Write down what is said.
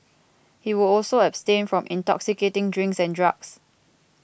he will also abstain from intoxicating drinks and drugs